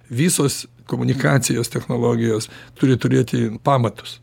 visos komunikacijos technologijos turi turėti pamatus